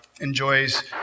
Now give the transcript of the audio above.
enjoys